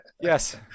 Yes